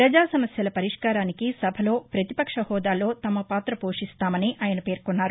ప్రజా సమస్యల పరిష్కారానికి సభలో పతిపక్ష హోదాలో తమ పాత పోషిస్తామని ఆయన పేర్కొన్నారు